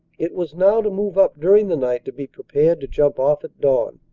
it was now to move up during the night to be prepared to jump off at dawn.